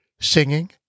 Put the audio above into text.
singing